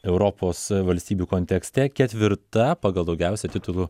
europos valstybių kontekste ketvirta pagal daugiausiai titulų